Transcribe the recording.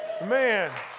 Man